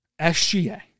SGA